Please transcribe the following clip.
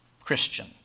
Christian